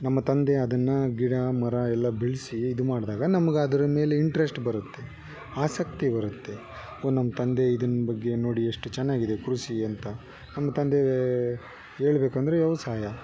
ನಮ್ಮ ತಂದೆ ಅದನ್ನು ಗಿಡ ಮರ ಎಲ್ಲ ಬೆಳೆಸಿ ಇದು ಮಾಡಿದಾಗ ನಮ್ಗದರ ಮೇಲೆ ಇಂಟ್ರೆಸ್ಟ್ ಬರುತ್ತೆ ಆಸಕ್ತಿ ಬರುತ್ತೆ ಓಹ್ ನಮ್ಮ ತಂದೆ ಇದನ್ನ ಬಗ್ಗೆ ನೋಡಿ ಎಷ್ಟು ಚೆನ್ನಾಗಿದೆ ಕೃಷಿ ಅಂತ ನಮ್ಮ ತಂದೆ ಹೇಳ್ಬೇಕಂದ್ರೆ ವ್ಯವಸಾಯ